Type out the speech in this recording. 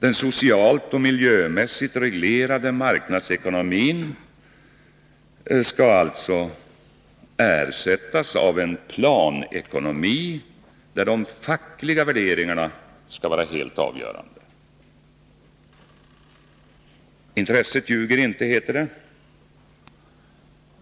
Den socialt och miljömässigt reglerade marknadsekonomin skall ersättas av en planekonomi, där de fackliga värderingarna skall vara helt avgörande. Intresset ljuger inte, heter det.